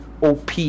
OP